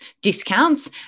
discounts